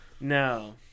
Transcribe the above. No